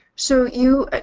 so you?